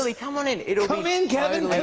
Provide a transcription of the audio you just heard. like come on in. come in, kevin,